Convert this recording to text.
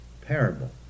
parable